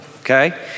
okay